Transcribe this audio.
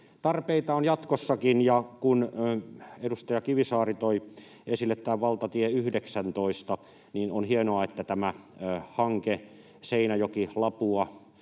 Tarpeita on jatkossakin. Ja kun edustaja Kivisaari toi esille tämän valtatie 19:n, niin on hienoa, että tämä hanke Seinäjoki—Lapua